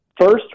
first